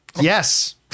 Yes